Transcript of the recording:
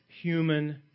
human